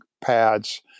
pads